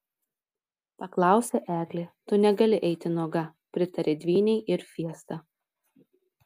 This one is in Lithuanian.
paklausė eglė tu negali eiti nuoga pritarė dvynei ir fiesta